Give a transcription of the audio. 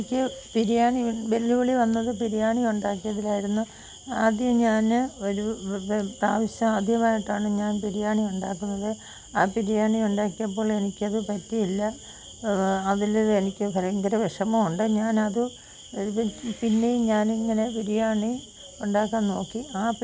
മലയാള ഭാഷയുടെ വിളി വെല്ലുവിളികൾ ഇംഗ്ലീഷ് ഭാഷയാണ് മലയാളം മലയാളം ഇപ്പം കുറഞ്ഞ് കുറഞ്ഞ് വരികയാണ് മലയാളം നമ്മൾ പറയുമ്പോഴും അതിനകത്ത് ഇംഗ്ലീഷുകളും ഉണ്ട് നമ്മൾ ഇപ്പോൾ ആഹാരത്തിനായാലും ഫുഡ് കറൻ്റ് ഇങ്ങനെയൊക്കെ ഉള്ളത് വരുമ്പോൾ നമ്മൾ അതിനകത്ത് ഇംഗ്ലീഷ് ഇപ്പോൾ ഭൂരിഭാഗം ആളുകളും